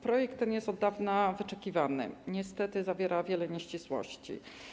Projekt ten jest od dawna wyczekiwany, niestety zawiera wiele nieścisłości.